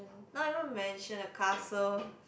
not even mansion a castle